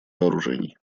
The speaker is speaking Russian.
вооружений